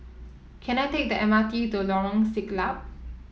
can I take the M R T to Lorong Siglap